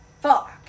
fuck